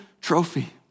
trophy